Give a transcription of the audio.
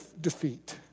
defeat